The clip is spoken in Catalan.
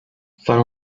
fan